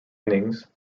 innings